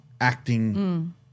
acting